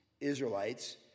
Israelites